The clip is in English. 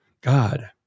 God